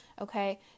okay